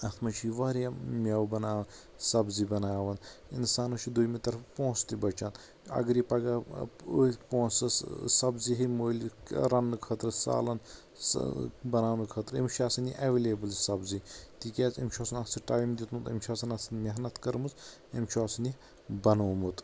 اتھ منٛز چھُ یہِ واریاہ مٮ۪وٕ بناوان سبٕزی بناوان انسانس چھُ دیٚیمہِ طرفہٕ پۄنٛسہٕ تہِ بچان اگر یہِ پگاہ أتھ پۄنٛسس سبزی ہیٚیہِ مٔلۍ رننہٕ خٲطرٕ سالن سہٕ بناونہٕ خٲطرٕ أمِس چھُ آسان یہِ اٮ۪ویلیبٕل یہِ سبزی تِکیٛازِ أمِس چھُ آسان اتھ سۭتۍ ٹایِم دِیُتمُت أمِس چھ آسان اتھ سۭتۍ محنت کٔرمٕژ أمۍ چھُ آسان یہِ بنٛوومُت